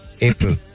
April